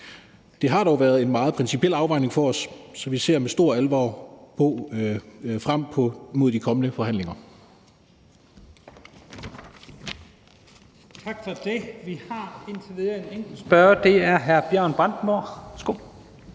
Det har dog været en meget principiel afvejning for os, så vi ser med stor alvor frem mod de kommende forhandlinger.